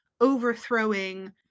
overthrowing